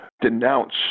denounce